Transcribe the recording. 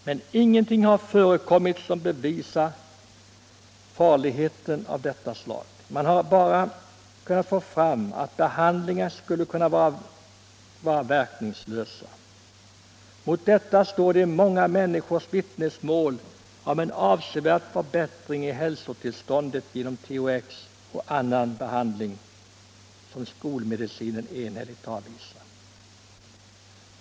Men ingenting har förekommit som bevisat farlighet av detta slag. Man har bara kunnat få fram att behandlingarna skulle vara verkningslösa. Mot detta står de många människornas vittnesmål om en avsevärd förbättring i hälsotillståndet genom THX-behandling och annan behandling som skolmedicinen enhälligt avvisar.